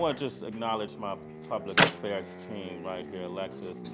ah just acknowledge my public affairs team right here, alexis,